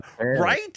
right